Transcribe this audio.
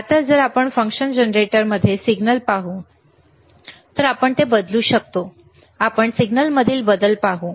आता जर आपण फंक्शन जनरेटरमध्ये सिग्नल बदलू शकतो तर आपण सिग्नलमधील बदल पाहू